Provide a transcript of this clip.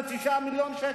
זה תשעה מיליון שקל.